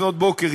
לפנות בוקר,